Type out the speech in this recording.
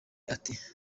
ati